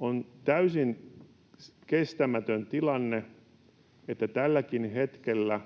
On täysin kestämätön tilanne, että tälläkin hetkellä